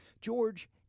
George